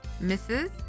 Mrs